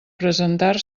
presentar